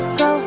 go